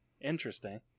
Interesting